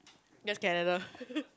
that's Canada